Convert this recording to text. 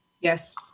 Yes